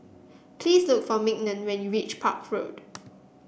please look for Mignon when you reach Park Road